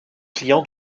clients